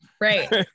right